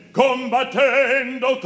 combattendo